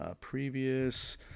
previous